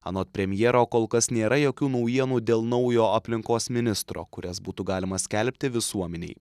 anot premjero kol kas nėra jokių naujienų dėl naujo aplinkos ministro kurias būtų galima skelbti visuomenei